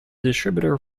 distributor